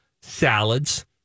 salads